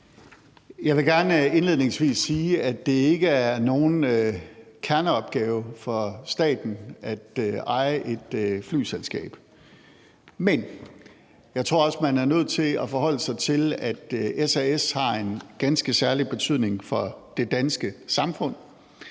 Jeg vil gerne indledningsvis sige, at det ikke er nogen kerneopgave for staten at eje et flyselskab. Men jeg tror også, man er nødt til at forholde sig til, at SAS har en ganske særlig betydning for det danske samfund.